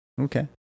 Okay